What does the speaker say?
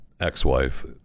ex-wife